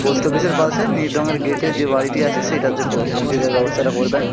post অফিসের পাশে নীল রঙের গেটে যে বাড়িটি আছে সেটাতে পো পৌঁছে দেয়ার ব্যবস্থাটা করবেন